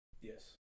Yes